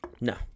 No